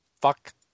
fuck